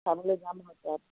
চাবলৈ যাম সাতটাত